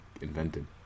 invented